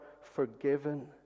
forgiven